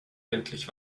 endlich